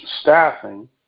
staffing